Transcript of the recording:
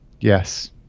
Yes